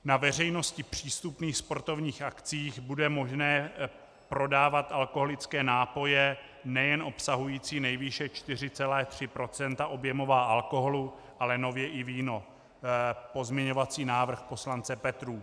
Na veřejnosti přístupných sportovních akcích bude možné prodávat alkoholické nápoje nejen obsahující nejvýše 4,3 % objemová alkoholu, ale nově i víno pozměňovací návrh poslance Petrů.